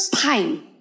time